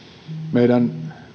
meidän